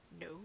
No